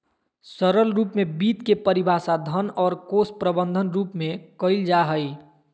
सरल रूप में वित्त के परिभाषा धन और कोश प्रबन्धन रूप में कइल जा हइ